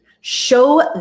Show